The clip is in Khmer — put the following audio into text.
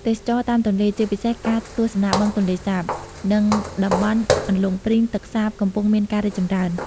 ទេសចរណ៍តាមទន្លេ ជាពិសេសការទស្សនាបឹងទន្លេសាប និងតំបន់អន្លង់ព្រីងទឹកសាប កំពុងមានការរីកចម្រើន។